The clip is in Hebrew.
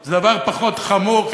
זה דבר פחות חמור,